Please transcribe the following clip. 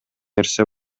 нерсе